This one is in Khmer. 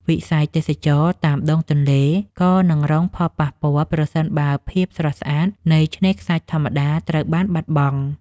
វិស័យទេសចរណ៍តាមដងទន្លេក៏នឹងរងផលប៉ះពាល់ប្រសិនបើភាពស្រស់ស្អាតនៃឆ្នេរខ្សាច់ធម្មជាតិត្រូវបានបាត់បង់។